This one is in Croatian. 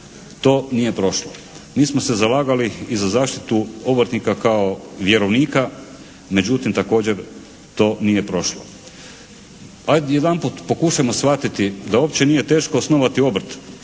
To nije prošlo. Mi smo se zalagali i za zaštitu obrtnika kao vjerovnika, međutim također to nije prošlo. Ajde jedanput pokušajmo shvatiti da uopće nije teško osnovati obrt.